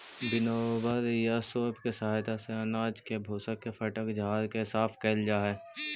winnower या सूप के सहायता से अनाज के भूसा के फटक झाड़ के साफ कैल जा हई